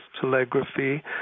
telegraphy